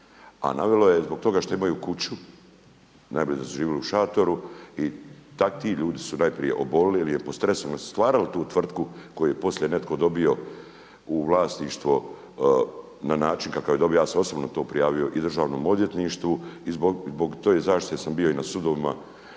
A navelo je zbog toga što imaju kuću, najbolje da su živjeli u šatoru. I ti ljudi su najprije oboljeli jer su pod stresom jer su stvarali tu tvrtku koju je poslije netko dobio u vlasništvo na način kakav je dobio, ja sam osobno to prijavio i državnom odvjetništvu i zbog te zaštite sam bio i na sudovima,